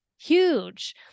huge